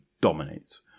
dominates